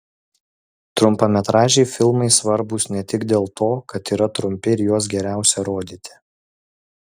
trumpametražiai filmai svarbūs ne tik dėl to kad yra trumpi ir juos geriausia rodyti